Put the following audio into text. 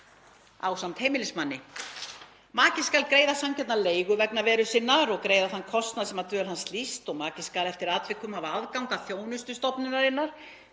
— Maka sínum. — „Maki skal greiða sanngjarna leigu vegna veru sinnar og greiða þann kostnað sem af dvöl hans hlýst og maki skal eftir atvikum hafa aðgang að þjónustu stofnunarinnar